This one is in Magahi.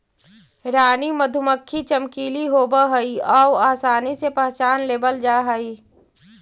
रानी मधुमक्खी चमकीली होब हई आउ आसानी से पहचान लेबल जा हई